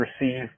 receive